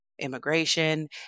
immigration